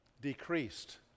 decreased